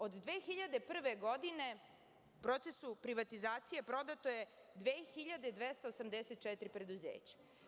Od 2001. godine u procesu privatizacije prodato je 2284 preduzeća.